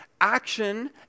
Action